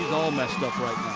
messed up right